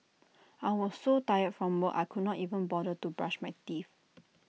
I was so tired from work I could not even bother to brush my teeth